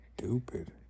Stupid